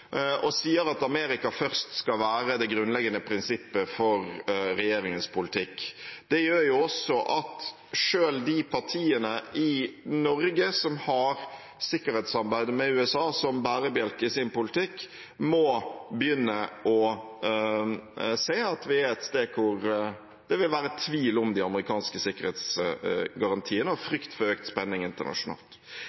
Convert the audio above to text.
og sier at «Amerika først» skal være det grunnleggende prinsippet for regjeringens politikk. Det gjør jo at selv de partiene i Norge som har sikkerhetssamarbeidet med USA som bærebjelke i sin politikk, må begynne å se at vi er et sted hvor det vil være tvil om de amerikanske sikkerhetsgarantiene, og